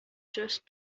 just